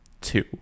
Two